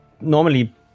Normally